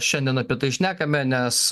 šiandien apie tai šnekame nes